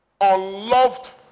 unloved